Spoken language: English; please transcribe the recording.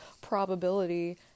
probability